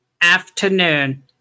afternoon